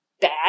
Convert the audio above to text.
bad